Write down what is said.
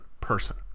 person